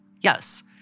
Yes